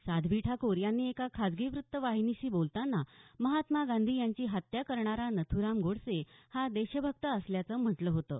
साध्वी ठाकूर यांनी एका खाजगी वृत्त वाहिनीशी बोलताना महात्मा गांधी यांची हत्या करणारा नथूराम गोडसे हा देशभक्त असल्याचं म्हटलं होतं